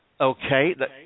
Okay